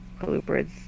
colubrids